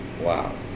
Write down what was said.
wow